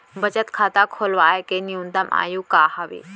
बचत खाता खोलवाय के न्यूनतम आयु का हवे?